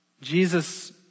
Jesus